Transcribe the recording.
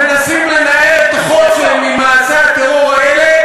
מנסים לנער את החוצן ממעשי הטרור האלה,